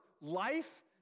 life